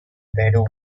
perú